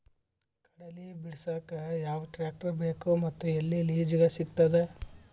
ಕಡಲಿ ಬಿಡಸಕ್ ಯಾವ ಟ್ರ್ಯಾಕ್ಟರ್ ಬೇಕು ಮತ್ತು ಎಲ್ಲಿ ಲಿಜೀಗ ಸಿಗತದ?